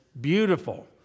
beautiful